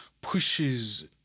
pushes